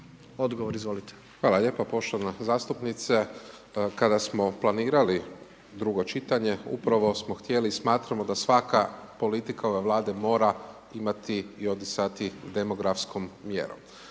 Marko (HDZ)** Hvala lijepo poštovana zastupnice, kada smo planirali drugo čitanje upravo smo htjeli, smatramo da svaka politika ove Vlada mora imati i odisati demografskom mjerom.